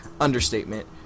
understatement